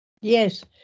Yes